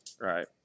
right